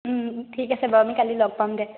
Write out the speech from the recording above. ঠিক আছে বাৰু আমি কালি লগ পাম দে